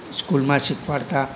સ્કૂલમાં શીખવાડતા